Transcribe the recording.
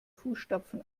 fußstapfen